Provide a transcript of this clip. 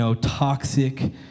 toxic